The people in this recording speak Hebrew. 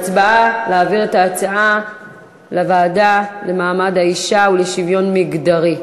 הצבעה על ההצעה להעביר את הנושא לוועדה למעמד האישה ולשוויון מגדרי.